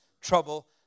trouble